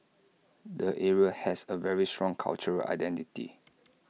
the area has A very strong cultural identity